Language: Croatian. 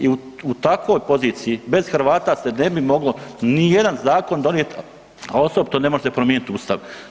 I u takvoj poziciji bez Hrvata se ne bi moglo nijedan zakon donijet, a osobito ne može se promijeniti Ustav.